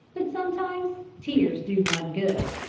but sometimes tears do one good.